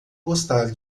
gostar